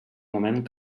moment